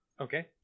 Okay